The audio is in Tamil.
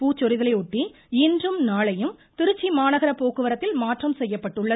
பூச்சொரிதலையொட்டி இன்றும் நாளையும் திருச்சி மாநகர போக்குவரத்தில் மாற்றம் செய்யப்பட்டுள்ளது